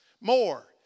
more